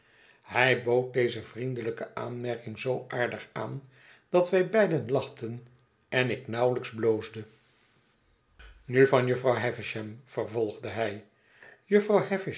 hij bood deze vriendelijke aanmerking zoo aardig aan dat wij beiden lachten en ik nauwelijks bloosde nu van jufvrouw havisham vervolgde hij jufvrouw